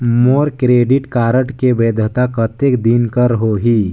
मोर credit card के वैधता कतेक दिन कर होही?